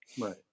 Right